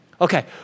Okay